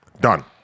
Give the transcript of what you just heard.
Done